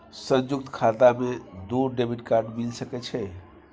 संयुक्त खाता मे दू डेबिट कार्ड मिल सके छै?